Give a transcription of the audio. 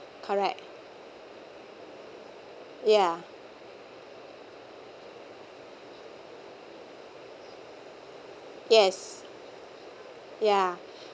correct ya yes ya